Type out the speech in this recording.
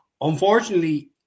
unfortunately